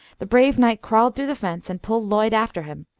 the brave knight crawled through the fence and pulled lloyd after him,